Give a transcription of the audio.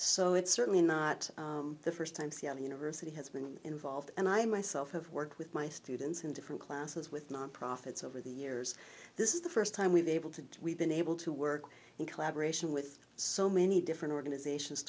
so it's certainly not the first time seattle university has been involved and i myself have worked with my students in different classes with non profits over the years this is the first time with able to we've been able to work in collaboration with so many different organizations